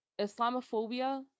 Islamophobia